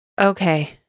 Okay